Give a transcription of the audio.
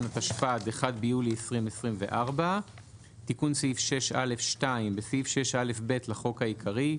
התשפ"ד (1 ביולי 2024)". תיקון סעיף 6א.2. בסעיף 6א(ב) לחוק העיקרי,